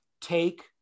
take